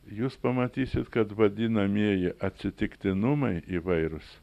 jūs pamatysit kad vadinamieji atsitiktinumai įvairūs